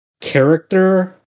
character